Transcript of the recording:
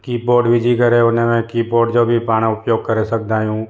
keyboard विझी करे हुन में कीबोर्ड जो बि पाण उपयोग करे सघंदा आहियूं